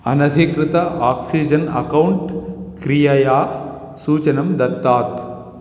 अनधिकृतं oxygen account क्रियया सूचनं दत्तात्